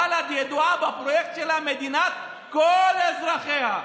בל"ד ידועה בפרויקט שלה "מדינת כל אזרחיה".